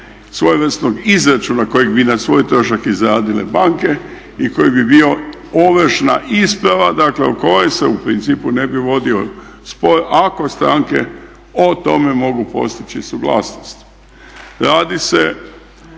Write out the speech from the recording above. svojevrsnog izračuna kojeg bi na svoj trošak izradile banke i koji bi bio ovršna isprava o kojoj se u principu ne bi vodio spor ako stranke o tome mogu postići suglasnost. Radi se